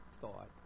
thought